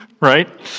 right